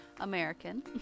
American